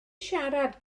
siarad